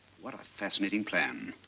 what a fascinating plan.